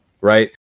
right